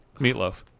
Meatloaf